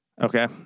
Okay